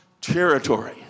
territory